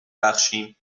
بخشیم